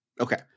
Okay